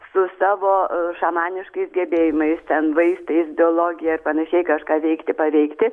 su savo šamaniškais gebėjimais ten vaistais biologija ir panašiai kažką veikti paveikti